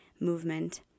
movement